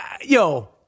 yo